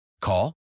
call